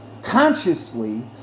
Consciously